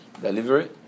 delivery